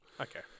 Okay